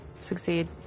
succeed